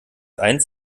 eins